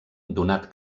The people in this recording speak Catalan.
donat